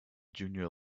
junior